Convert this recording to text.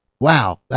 Wow